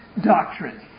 doctrine